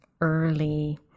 early